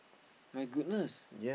my goodness